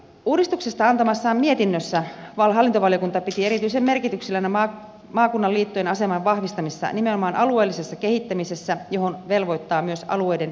uudistuksesta antamassaan mietinnössä hallintovaliokunta piti erityisen merkityksellisenä maakunnan liittojen aseman vahvistamista nimenomaan alueellisessa kehittämisessä johon velvoittaa myös alueiden kehittämislaki